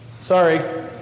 Sorry